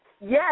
Yes